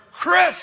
Chris